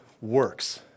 works